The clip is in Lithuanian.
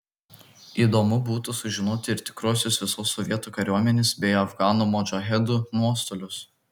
įdomu būtų sužinoti ir tikruosius visos sovietų kariuomenės bei afganų modžahedų nuostolius